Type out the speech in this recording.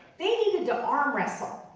they needed to arm wrestle.